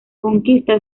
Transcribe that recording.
conquista